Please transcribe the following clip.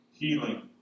healing